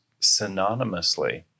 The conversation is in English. synonymously